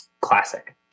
classic